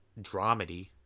Dramedy